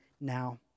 now